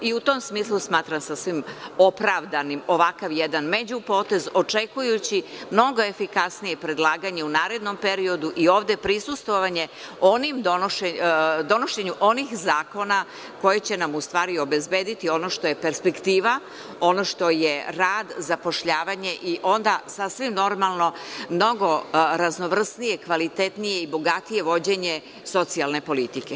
U tom smislu smatram sasvim opravdanim ovakav jedan međupotez očekujući mnogo efikasnije predlaganje u narednom periodu i ovde prisustvovanje donošenju onih zakona koje će nam u stvari obezbediti ono što je perspektiva, ono što je rad, zapošljavanje i onda sasvim normalno mnogo raznovrsnije, kvalitetnije i bogatije vođenje socijalne politike.